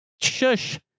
Shush